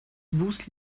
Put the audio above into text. bruce